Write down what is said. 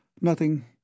Nothing